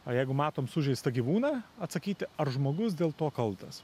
o jeigu matom sužeistą gyvūną atsakyti ar žmogus dėl to kaltas